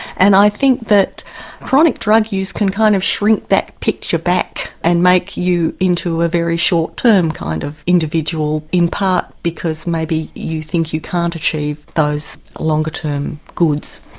and i think that chronic drug use can kind of shrink that picture back and make you into a very short-term kind of individual, in part because maybe you think you can't achieve those longer term goods.